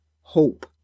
hope